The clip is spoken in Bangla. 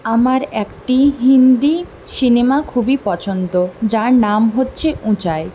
আমার একটি হিন্দি সিনেমা খুবই পছন্দ যার নাম হচ্ছে উঁচাই